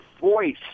voice